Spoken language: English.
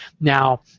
Now